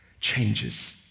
changes